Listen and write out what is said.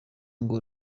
ngo